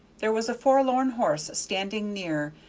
there was a forlorn horse standing near,